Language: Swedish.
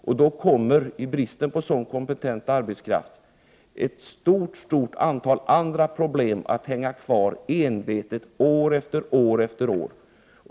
Och med bristen på sådan kompetent arbetskraft kommer ett stort antal andra problem att hänga kvar envetet år efter år.